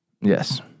Yes